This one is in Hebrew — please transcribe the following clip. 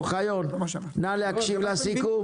אוחיון, נא להקשיב לסיכום.